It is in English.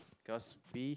because we